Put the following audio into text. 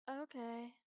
Okay